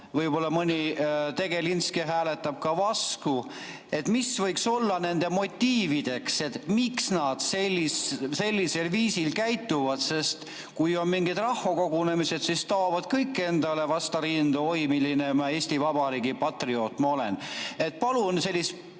Võib-olla mõni tegelinski hääletab ka vastu. Mis võiks olla nende motiivid, miks nad sellisel viisil käituvad? Sest kui on mingid rahvakogunemised, siis taovad kõik endale vastu rindu: oi, milline Eesti Vabariigi patrioot ma olen!